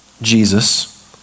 Jesus